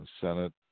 Senate